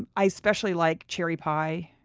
um i especially like cherry pie.